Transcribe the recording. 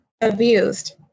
Abused